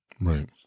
Right